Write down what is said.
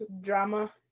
drama